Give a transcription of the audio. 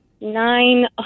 nine